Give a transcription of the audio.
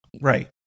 right